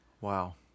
Wow